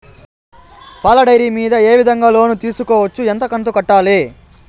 పాల డైరీ మీద ఏ విధంగా లోను తీసుకోవచ్చు? ఎంత కంతు కట్టాలి?